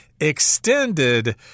extended